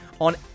on